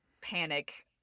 panic